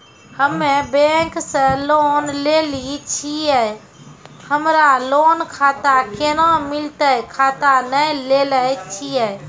हम्मे बैंक से लोन लेली छियै हमरा लोन खाता कैना मिलतै खाता नैय लैलै छियै?